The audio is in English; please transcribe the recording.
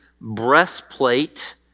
breastplate